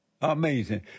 Amazing